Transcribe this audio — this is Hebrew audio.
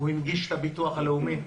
הוא הנגיש את הביטוח הלאומי,